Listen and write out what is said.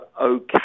okay